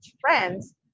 friends